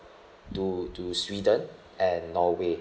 to to sweden and norway